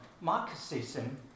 Marxism